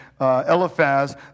Eliphaz